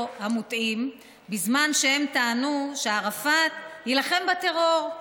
המוטעים בזמן שהם טענו שערפאת יילחם בטרור.